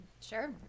Sure